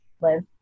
live